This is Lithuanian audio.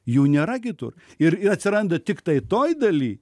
jų nėra kitur ir atsiranda tiktai toj daly